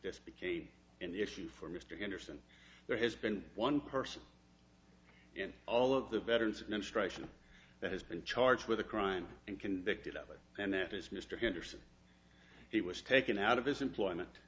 this became an issue for mr henderson there has been one person in all of the veterans administration that has been charged with a crime and convicted of it and that is mr henderson he was taken out of his employment